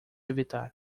evitar